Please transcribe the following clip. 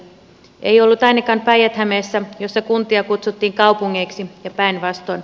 ei ollut ainakaan päijät hämeessä jossa kuntia kutsuttiin kaupungeiksi ja päinvastoin